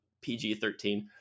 pg-13